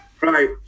Right